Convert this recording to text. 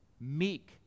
meek